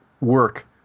work